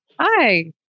hi